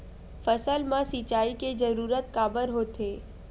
फसल मा सिंचाई के जरूरत काबर होथे?